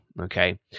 Okay